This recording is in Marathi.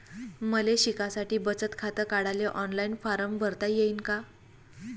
मले शिकासाठी बचत खात काढाले ऑनलाईन फारम भरता येईन का?